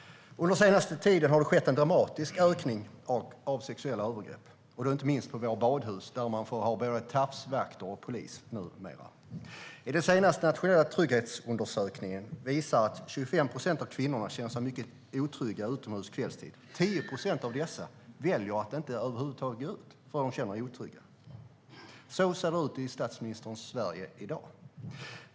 Under den senaste tiden har det skett en dramatisk ökning av sexuella övergrepp, inte minst på våra badhus, där man numera får ha både tafsvakter och polis. Den senaste nationella trygghetsundersökningen visar att 25 procent av kvinnorna känner sig mycket otrygga utomhus kvällstid. 10 procent av dessa väljer att inte över huvud taget gå ut, för de känner sig otrygga. Så ser det ut i statsministerns Sverige i dag.